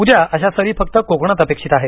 उद्या अशा सरी फक्त कोकणात अपेक्षित आहेत